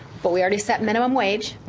but we already set minimum wage.